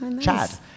Chad